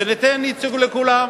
וניתן ייצוג לכולם,